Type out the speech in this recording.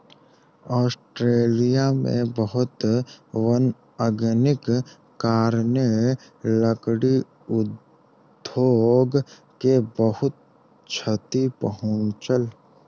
Australia में बहुत वन अग्निक कारणेँ, लकड़ी उद्योग के बहुत क्षति पहुँचल